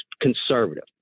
conservative